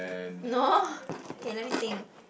no okay let me think